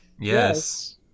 Yes